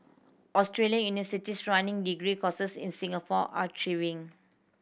Australian universities running degree courses in Singapore are thriving